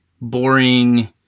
boring